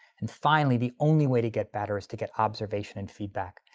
and finally the only way to get better is to get observation and feedback.